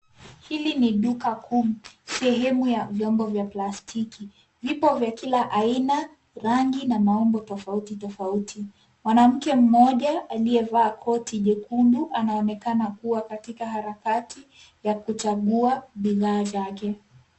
Hili ni duka kuu sehemu ya vyombo vya plastiki ,vipo vya kila aina ,rangi na maumbo tofauti. Mwanamke mmoja aliye vaa koti jekundu anaonekana kuwa katika harakati ya kuchagua bidhaa zake.